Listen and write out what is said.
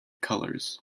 colours